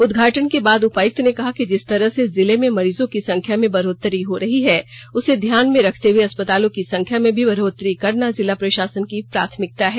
उदघाटन के बाद उपायुक्त ने कहा कि जिस तरह से जिले में मरीजों की संख्या में बढ़ोतरी हो रही है उसे ध्यान में रखते हुए अस्पतालों की संख्या में भी बढ़ोतरी करना जिला प्रशासन की प्राथमिकता है